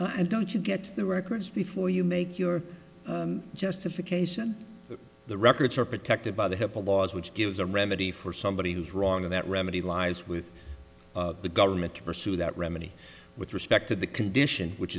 and don't you get the records before you make your justification the records are protected by the hipaa laws which gives a remedy for somebody who's wrong in that remedy lies with the government to pursue that remedy with respect to the condition which